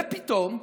ופתאום,